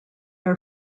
are